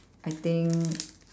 I think